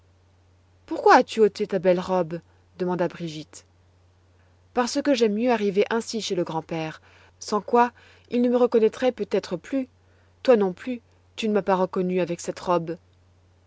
pourquoi as-tu ôté ta belle robe demanda brigitte parce que j'aime mieux arriver ainsi chez le grand-père sans quoi il ne me reconnaîtrait peut-être plus toi non plus tu ne m'as pas reconnue avec cette robe